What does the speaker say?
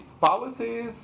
policies